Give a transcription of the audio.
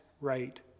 right